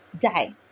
die